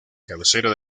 cabecera